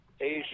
Asia